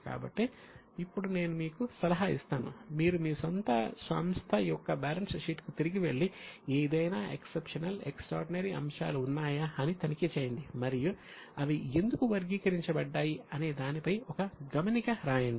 కాబట్టి ఇప్పుడు నేను మీకు సలహా ఇస్తాను మీరు మీ స్వంత సంస్థ యొక్క బ్యాలెన్స్ షీట్ కు తిరిగి వెళ్లి ఏదైనా ఎక్సెప్షనల్ ఎక్స్ట్రార్డినరీ అంశాలు ఉన్నాయా అని తనిఖీ చేయండి మరియు అవి ఎందుకు వర్గీకరించబడ్డాయి అనే దానిపై ఒక గమనిక రాయండి